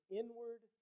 inward